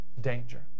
danger